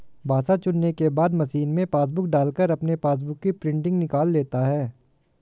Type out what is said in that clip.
भाषा चुनने के बाद मशीन में पासबुक डालकर अपने पासबुक की प्रिंटिंग निकाल लेता है